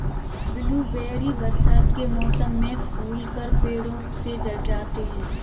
blueberry बरसात के मौसम में फूलकर पेड़ों से झड़ जाते हैं